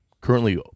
currently